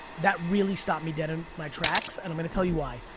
that really stopped me dead in my tracks. and i'm gonna tell you why.